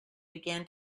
began